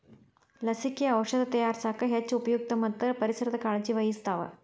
ಲಸಿಕೆ, ಔಔಷದ ತಯಾರಸಾಕ ಹೆಚ್ಚ ಉಪಯುಕ್ತ ಮತ್ತ ಪರಿಸರದ ಕಾಳಜಿ ವಹಿಸ್ತಾವ